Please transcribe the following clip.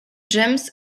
jumps